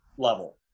Level